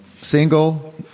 Single